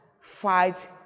fight